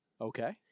Okay